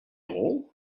all